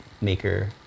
maker